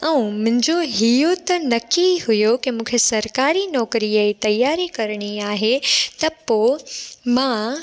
ऐं मुंहिंजो इहो त नक़ी हुओ की मूंखे सरकारी नौकिरीअ जे तयारी करिणी आहे त पोइ मां